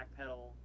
backpedal